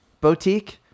Boutique